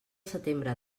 setembre